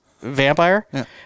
vampire